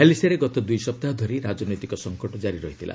ମ୍ୟାଲେସିଆରେ ଗତ ଦୁଇ ସପ୍ତାହ ଧରି ରାଜନୈତିକ ସଂକଟ କାରି ରହିଥିଲା